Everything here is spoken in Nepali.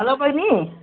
हेलो बहिनी